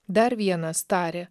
dar vienas tarė